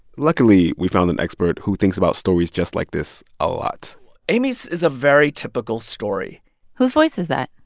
luckily, we found an expert who thinks about stories just like this a lot amy's is a very typical story whose voice is that?